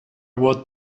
what